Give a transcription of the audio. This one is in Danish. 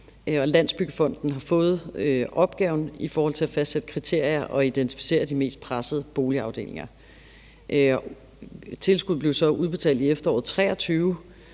Landsbyggefonden har fået opgaven i forhold til at fastsætte kriterier og identificere de mest pressede boligafdelinger. Tilskuddet blev så udbetalt i efteråret 2023